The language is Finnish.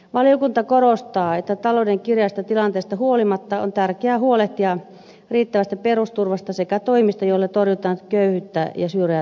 valiokunta korostaa että talouden kireästä tilanteesta huolimatta on tärkeää huolehtia riittävästä perusturvasta sekä toimista joilla torjutaan köyhyyttä ja syrjäytymistä